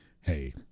hey